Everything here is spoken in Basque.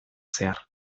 zehar